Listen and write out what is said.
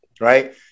right